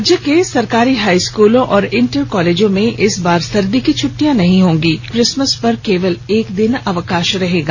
राज्य के सरकारी हाई स्कूलों और इंटर कॉलेजों में इस बार सर्दी की छूटियां नहीं होंगी किसमस पर केवल एक दिन अवकाश रहेगा